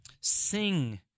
Sing